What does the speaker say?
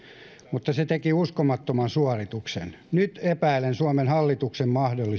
mutta se teki uskomattoman suorituksen nyt epäilen suomen hallituksen mahdollisuuksia